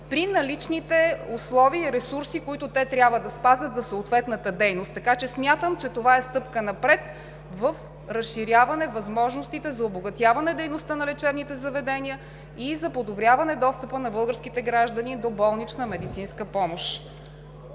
при наличните условия и ресурси, които те трябва да спазят за съответната дейност. Смятам, че това е стъпка напред в разширяване възможностите за обогатяване дейността на лечебните заведения и за подобряване достъпа на българските граждани до болнична медицинска помощ.